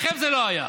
לכם זה לא היה.